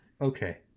Okay